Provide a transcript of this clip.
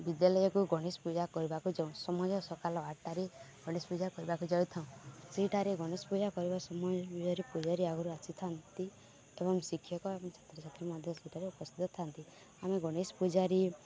ବିଦ୍ୟାଳୟକୁ ଗଣେଶ ପୂଜା କରିବାକୁ ଯ ସମୟ ସକାଳ ଆଠଟାରେ ଗଣେଶ ପୂଜା କରିବାକୁ ଯାଇଥାଉ ସେଇଠାରେ ଗଣେଶ ପୂଜା କରିବା ସମୟରେ ପୂଜାରୀ ଆଗରୁ ଆସିଥାନ୍ତି ଏବଂ ଶିକ୍ଷକ ଏବଂ ଛାତ୍ରଛାତ୍ରୀ ମଧ୍ୟ ସେଇଠାରେ ଉପସ୍ଥିତ ଥାନ୍ତି ଆମେ ଗଣେଶ ପୂଜାରେ